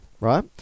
right